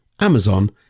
Amazon